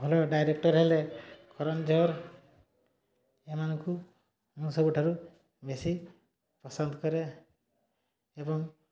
ଭଲ ଡାଇରେକ୍ଟର୍ ହେଲେ କରନ ଜୋହର ଏମାନଙ୍କୁ ମୁଁ ସବୁଠାରୁ ବେଶୀ ପସନ୍ଦ କରେ ଏବଂ